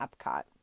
Epcot